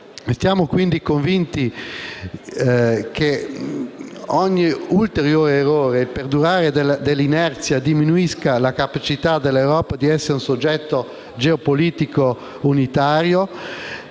Restiamo quindi convinti come ogni ulteriore errore e il perdurare dell'inerzia diminuiscano la capacità dell'Europa di essere un soggetto geopolitico unitario.